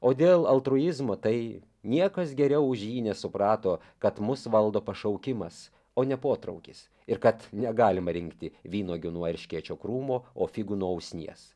o dėl altruizmo tai niekas geriau už jį nesuprato kad mus valdo pašaukimas o ne potraukis ir kad negalima rinkti vynuogių nuo erškėčio krūmo o figų nuo usnies